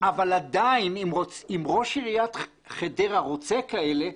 אבל עדיין אם ראש עיריית חדרה רוצה כאלה,